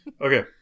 okay